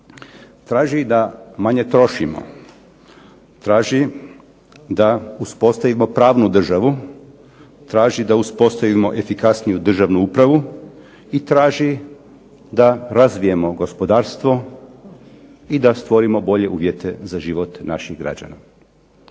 Traži da manje trošimo, traži da uspostavimo pravnu državu, traži da uspostavimo efikasniju državnu upravu i traži da razvijemo gospodarstvo i da stvorimo bolje uvjete za život naših građana.